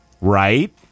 right